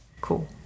cool